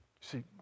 See